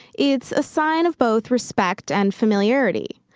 it's a sign of both respect and familiarity.